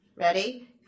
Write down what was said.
Ready